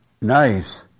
Nice